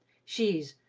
she's,